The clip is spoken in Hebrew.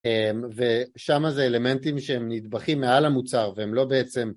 ושם זה אלמנטים שהם נדבכים מעל המוצר והם לא בעצם